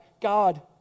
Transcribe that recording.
God